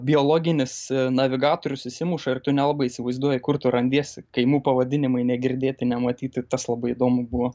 biologinis navigatorius įsimuša ir tu nelabai įsivaizduoji kur tu randiesi kaimų pavadinimai negirdėti nematyti tas labai įdomu buvo